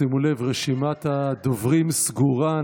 שימו לב, רשימת הדוברים סגורה.